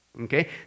okay